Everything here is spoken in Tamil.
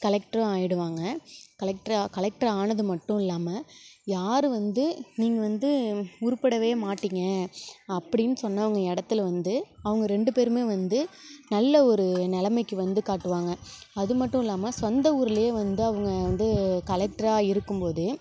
கலெக்ட்ரும் ஆய்டுவாங்க கலெக்ட்ரு அ கலெக்டர் ஆனது மட்டும் இல்லாமல் யார் வந்து நீங்கள் வந்து உருப்படவே மாட்டிங்க அப்படின் சொன்னவங்க இடத்துல வந்து அவங்க ரெண்டு பேருமே வந்து நல்ல ஒரு நிலமைக்கு வந்து காட்டுவாங்க அது மட்டும் இல்லாமல் சொந்த ஊர்ல வந்து அவங்க வந்து கலெக்ட்ராக இருக்கும்போதே